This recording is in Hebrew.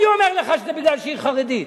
אני אומר לך שזה משום שהיא חרדית.